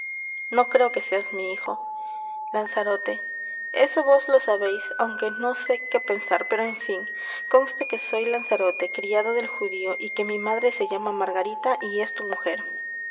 no creo que seas mi hijo lanzarote eso vos lo sabeis aunque no sé qué pensar pero en fin conste que soy lanzarote criado del judío y que mi madre se llama margarita y es tu mujer